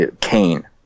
Kane